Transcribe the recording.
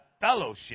fellowship